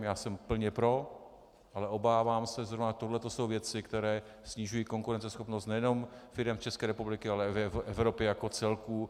Já jsem plně pro, ale obávám se, že zrovna tohle jsou věci, které snižují konkurenceschopnost nejenom firem v České republice, ale Evropy jako celku.